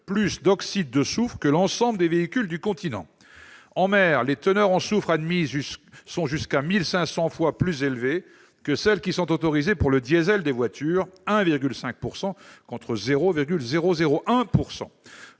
plus d'oxyde de soufre que l'ensemble des véhicules du continent. En mer, les teneurs en soufre admises sont jusqu'à 1 500 fois plus élevées que celles autorisées pour le diesel des voitures- 1,5 % contre 0,001 %.